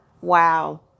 Wow